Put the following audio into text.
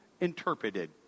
interpreted